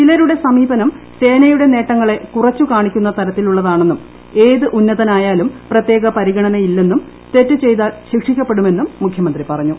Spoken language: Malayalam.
ചിലരുടെ സമീപനം സേനയുടെ നേട്ടങ്ങളെ കുറച്ചുകാണിക്കുന്ന തരത്തി ലുള്ളതാണെന്നും ഏത് ഉന്നതനായാലും പ്രത്യേക പരിഗണനയില്ലെന്നും തെറ്റ്ചെയ്താൽ ശിക്ഷിക്കപ്പെടുമെന്നും മുഖ്യമന്ത്രി പറഞ്ഞു